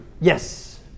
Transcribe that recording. Yes